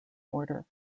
order